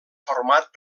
format